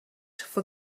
for